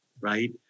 right